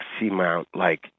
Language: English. seamount-like